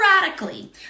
radically